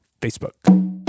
Facebook